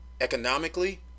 economically